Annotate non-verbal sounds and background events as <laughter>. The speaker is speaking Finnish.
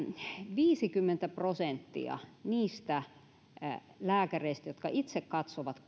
viisikymmentä prosenttia niistä lääkäreistä jotka itse katsovat <unintelligible>